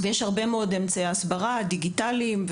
יש הרבה מאוד אמצעי הסברה דיגיטליים,